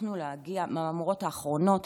במהמורות האחרונות.